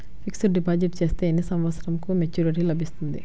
Fixed deposit చేస్తే ఎన్ని సంవత్సరంకు మెచూరిటీ లభిస్తుంది?